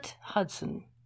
Hudson